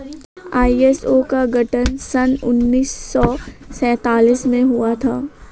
ISO का गठन सन उन्नीस सौ सैंतालीस में हुआ था